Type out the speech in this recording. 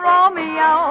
Romeo